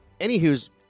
anywho's